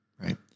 right